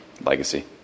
legacy